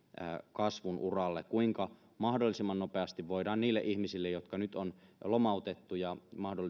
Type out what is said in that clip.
kasvun uralle kuinka mahdollisimman nopeasti voidaan niille ihmisille jotka nyt on lomautettu ja